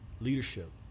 leadership